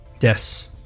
Yes